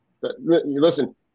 listen